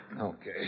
Okay